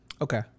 Okay